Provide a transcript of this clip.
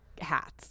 hats